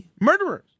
murderers